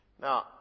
Now